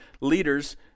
leaders